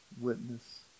witness